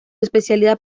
especialidad